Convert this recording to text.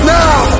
now